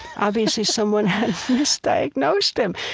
obviously someone had misdiagnosed him.